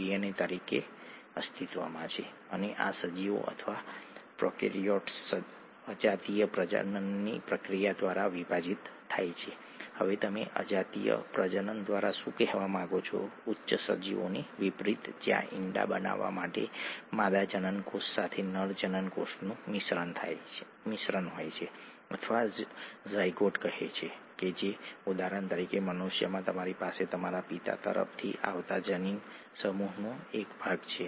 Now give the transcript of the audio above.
DNA અને પ્રોટીનની આસપાસ કોઇલિંગ અને સુપર કોઇલિંગ જેને હિસ્ટોન પ્રોટીન કહેવામાં આવે છે તેમાં પણ આવું જ થાય છે જે અનિવાર્યપણે તેને એક એવા કદમાં પેક કરવામાં પરિણમે છે જે ન્યુક્લિયસમાં ફિટ થઇ શકે છે